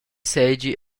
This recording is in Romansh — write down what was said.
seigi